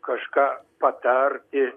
kažką patarti